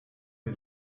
der